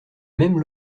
même